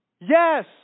Yes